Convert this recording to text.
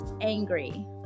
angry